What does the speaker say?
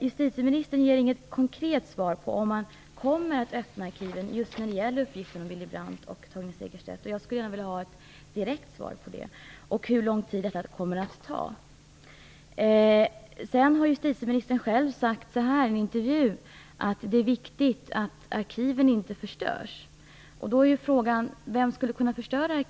Justitieministern ger inget konkret svar på frågan om man kommer att öppna arkiven just när det gäller uppgifterna om Willy Brandt och Torgny Segerstedt. Jag skulle gärna vilja ha ett direkt svar på det och på frågan hur lång tid det kommer att ta. Justitieministern har i en intervju sagt att det är viktigt att arkiven inte förstörs. Vem, om inte den som innehar arkiven, dvs. säpo, skulle kunna förstöra dem?